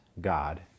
God